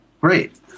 Great